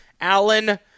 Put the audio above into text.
Allen